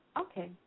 Okay